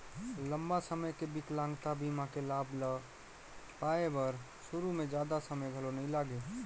लंबा समे के बिकलांगता बीमा के लाभ ल पाए बर सुरू में जादा समें घलो नइ लागे